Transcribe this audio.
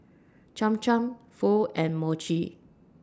Cham Cham Pho and Mochi